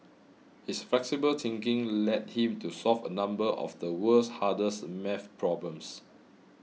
his flexible thinking led him to solve a number of the world's hardest math problems